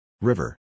River